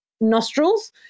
nostrils